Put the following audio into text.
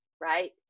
right